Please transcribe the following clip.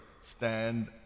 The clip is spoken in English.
stand